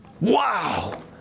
Wow